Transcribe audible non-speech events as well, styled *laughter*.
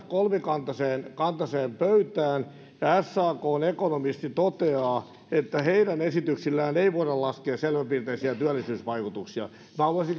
*unintelligible* kolmikantaiseen pöytään ja sakn ekonomisti toteaa että heidän esityksillään ei voida laskea selväpiirteisiä työllisyysvaikutuksia minä